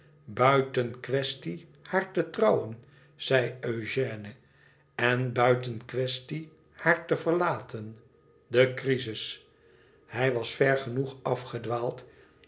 buiten quaestie haar te trouwen zei eugène ten buiten quaestie haar te verlaten de crisis hij was ver genoeg